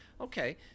Okay